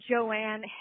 Joanne